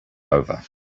over